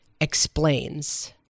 Explains